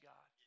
God